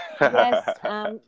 Yes